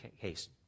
case